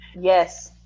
yes